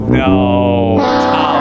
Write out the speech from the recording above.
no